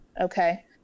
okay